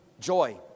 joy